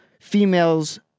females